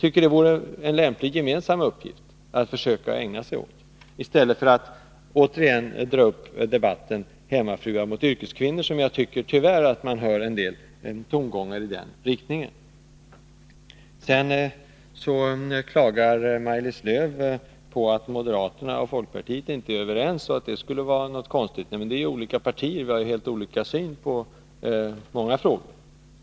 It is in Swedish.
Det vore en lämplig gemensam uppgift att försöka ägna sig åt i stället för att återigen dra upp debatten hemmafruar mot yrkeskvinnor — tyvärr hör man en del tongångar i den riktningen. Maj-Lis Lööw tycker att det är konstigt att moderaterna och folkpartiet inte är överens. Vi är ju olika partier och har helt olika syn på många frågor.